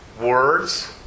words